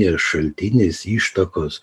ir šaltinis ištakos